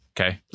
okay